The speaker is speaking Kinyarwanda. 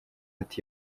ati